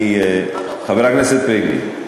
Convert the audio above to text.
אני, חבר הכנסת פייגלין,